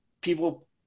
people